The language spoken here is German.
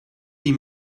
wie